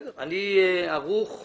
אני ערוך לעניין.